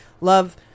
love